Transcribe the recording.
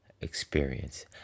experience